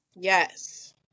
Yes